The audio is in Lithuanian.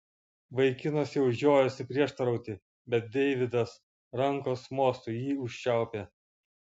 vaikinas jau žiojosi prieštarauti bet deividas rankos mostu jį užčiaupė